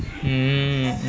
mmhmm